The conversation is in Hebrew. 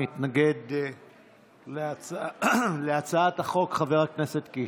מתנגד להצעת החוק חבר הכנסת קיש.